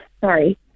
Sorry